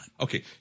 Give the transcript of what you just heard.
Okay